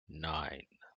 nine